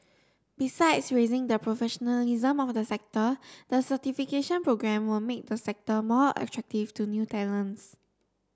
besides raising the professionalism of the sector the certification programme will make the sector more attractive to new talents